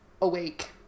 awake